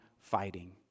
fighting